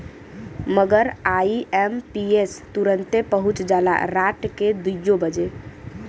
मगर आई.एम.पी.एस तुरन्ते पहुच जाला राट के दुइयो बजे